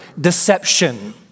deception